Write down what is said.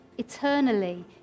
Eternally